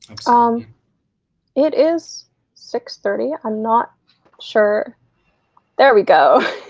um it is six thirty i'm not sure there we go.